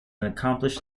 accomplished